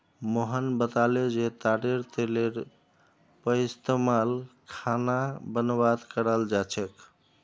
मोहन बताले जे तारेर तेलेर पइस्तमाल खाना बनव्वात कराल जा छेक